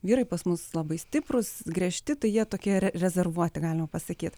vyrai pas mus labai stiprūs griežti tai jie tokie ir rezervuoti galima pasakyt